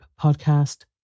Podcast